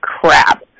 crap